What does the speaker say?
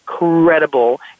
incredible